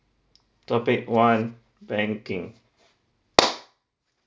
topic one banking